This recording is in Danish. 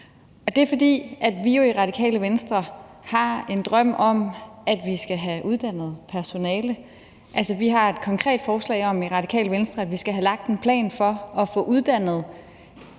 vi i Radikale Venstre har en drøm om, at vi skal have uddannet personale. Vi har et konkret forslag i Radikale Venstre om, at vi skal have lagt en plan for at få uddannet det